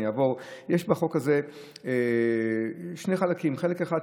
יש בחוק הזה שני חלקים: חלק אחד,